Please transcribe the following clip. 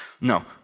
No